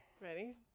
Ready